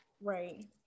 Right